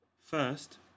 First